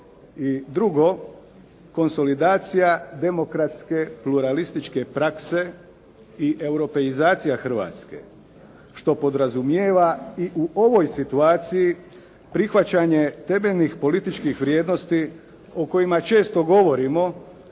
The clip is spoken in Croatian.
i drugo, konsolidacija demokratske pluralističke prakse i europeizacija Hrvatske što podrazumijeva i u ovoj situaciji prihvaćanje temeljnih političkih vrijednosti o kojima često govorimo,